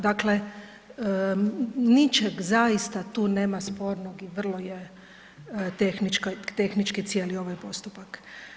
Dakle, ničeg zaista tu nema spornog i vrlo je tehnički cijeli ovaj postupak.